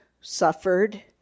suffered